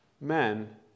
men